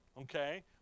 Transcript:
okay